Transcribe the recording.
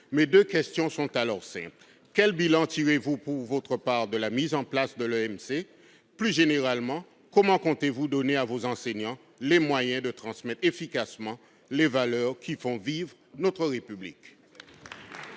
Mes deux questions sont donc simples. Quel bilan tire le Gouvernement de la mise en place de l'EMC ? Plus généralement, comment compte-t-il donner à nos enseignants les moyens de transmettre efficacement les valeurs qui font vivre notre République ?